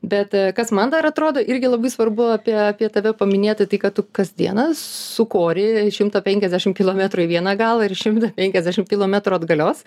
bet kas man dar atrodo irgi labai svarbu apie apie tave paminėti tai kad tu kas dieną sukori šimtą penkiasdešim kilometrų į vieną galą ir šimtą penkiasdešim kilometrų atgalios